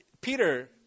Peter